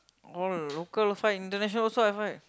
all local fight international also I fight